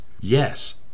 Yes